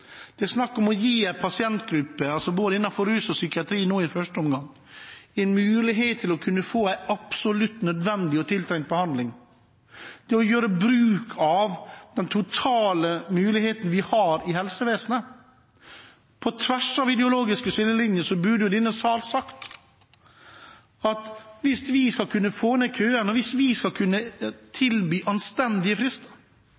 Det er snakk om å gi en pasientgruppe – nå i første omgang innenfor rus og psykiatri – en mulighet til å kunne få en absolutt nødvendig og tiltrengt behandling ved å gjøre bruk av den totale muligheten vi har i helsevesenet. På tvers av ideologiske skillelinjer burde jo denne sal sagt at hvis vi skal kunne få ned køene, og hvis vi skal kunne tilby anstendige frister,